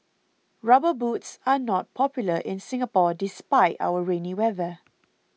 rubber boots are not popular in Singapore despite our rainy weather